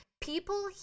People